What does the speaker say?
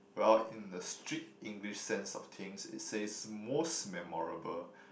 well in the strict English sense of things it says most memorable